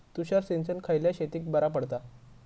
तुषार सिंचन खयल्या शेतीक बरा पडता?